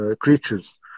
creatures